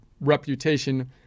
reputation